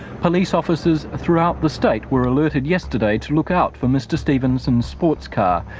police officers throughout the state were alerted yesterday to look out for mr stevenson's sports car.